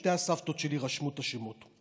שתי הסבתות שלי רשמו את השמות.